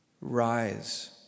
Rise